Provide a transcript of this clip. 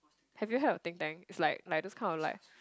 have you heard of think tank it's like like those kind of like